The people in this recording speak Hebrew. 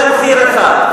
זה מחיר אחד.